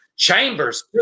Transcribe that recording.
Chambers